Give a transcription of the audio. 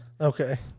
Okay